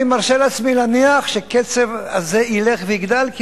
אני מרשה לעצמי להניח שהקצב הזה ילך ויגדל,